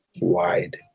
wide